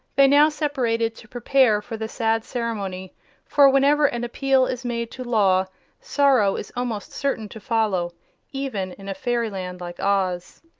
they now separated to prepare for the sad ceremony for whenever an appeal is made to law sorrow is almost certain to follow even in a fairyland like oz.